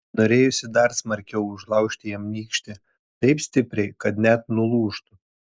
norėjosi dar smarkiau užlaužti jam nykštį taip stipriai kad net nulūžtų